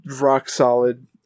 rock-solid